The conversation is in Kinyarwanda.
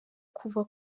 kuva